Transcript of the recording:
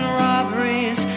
robberies